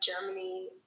Germany